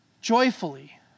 joyfully